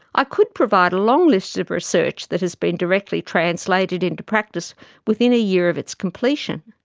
i could provide a long list of research that has been directly translated into practice within a year of its completion.